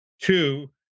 Two